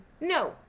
no